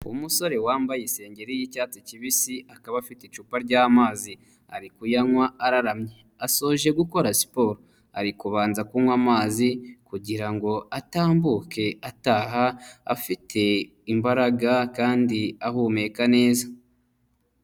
Umusore wambaye isengeri y'icyatsi kibisi, akaba afite icupa ry'amazi. Ari kuyanywa araramye, asoje gukora siporo, ari kubanza kunywa amazi kugira ngo atambuke ataha afite imbaraga kandi ahumeka neza.